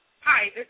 Hi